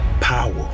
Power